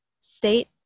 state